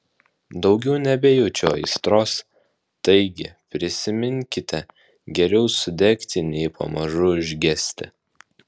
daugiau nebejaučiu aistros taigi prisiminkite geriau sudegti nei pamažu užgesti